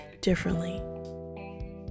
differently